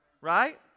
Right